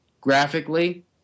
graphically